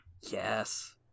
yes